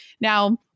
now